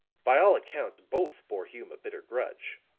by all accounts both bore hume a bitter grudge.